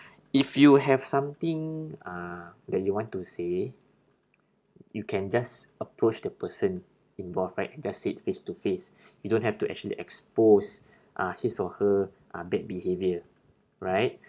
if you have something uh that you want to say you can just approach the person involved right that's it face to face you don't have to actually expose uh his or her uh bad behaviour right